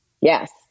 Yes